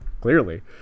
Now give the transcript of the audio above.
Clearly